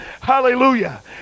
Hallelujah